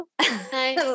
Hi